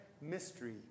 mystery